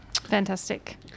Fantastic